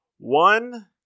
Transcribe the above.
One